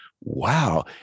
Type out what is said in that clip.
wow